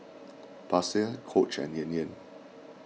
Pasar Coach and Yan Yan